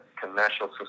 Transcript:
commercial